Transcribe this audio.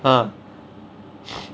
ah